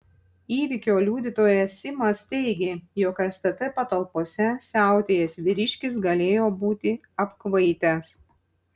įvykio liudytojas simas teigė jog stt patalpose siautėjęs vyriškis galėjo būti apkvaitęs